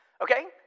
Okay